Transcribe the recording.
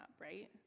right